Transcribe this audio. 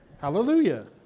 hallelujah